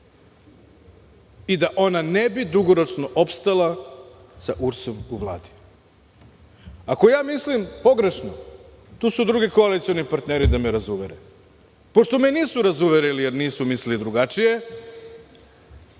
i da ona ne bi dugoročno opstala sa URS u Vladi. Ako mislim pogrešno, tu su drugi koalicioni partneri da me razuvere. Pošto me nisu razuverili jer nisu mislili drugačije